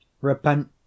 Repent